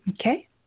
Okay